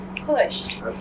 pushed